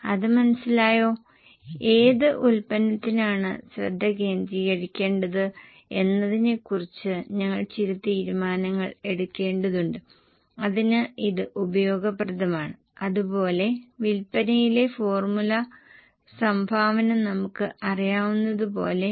അതിനാൽ മൂല്യത്തകർച്ച വരെ എല്ലാ ഇനങ്ങളും നൽകിയിരിക്കുന്നു അതിൽ നിന്ന് ഞങ്ങൾ PBT കണക്കാക്കണം നിങ്ങൾക്കും എന്നെപ്പോലെ തന്നെയാണോ ലഭിക്കുന്നത് ഞങ്ങൾ അത് പരിശോധിക്കുന്നു അത് സ്വയം ചെയ്യുക